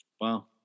Wow